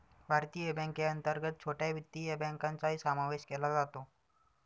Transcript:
भारतीय बँकेअंतर्गत छोट्या वित्तीय बँकांचाही समावेश केला जातो